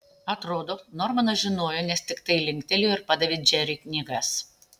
atrodo normanas žinojo nes tiktai linktelėjo ir padavė džeriui knygas